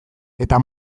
eta